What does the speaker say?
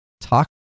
talk